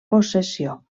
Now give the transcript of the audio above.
possessió